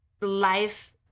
life